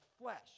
flesh